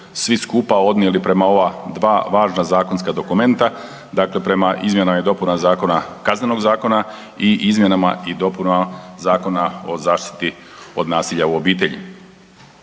svi skupa odnijeli prema ova dva važna zakonska dokumenta. Dakle prema izmjenama i dopunama Kaznenoga zakona i izmjenama i dopunama Zakona o zaštiti od nasilja u obitelji.